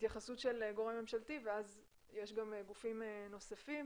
גורם ממשלתי ואז יש גם גופים נוספים